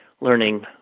learning